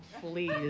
please